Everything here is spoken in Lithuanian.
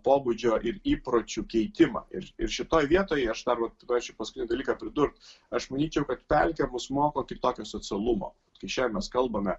pobūdžio ir įpročių keitimą ir ir šitoj vietoj aš dar vat norėčiau paskutinį dalyką pridurt aš manyčiau kad pelkė bus moko kitokio socialumo kai šiandien mes kalbame